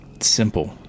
simple